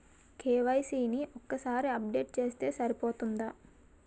KYC ని ఒక్కసారి update చేస్తే సరిపోతుందా?